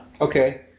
Okay